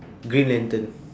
green lantern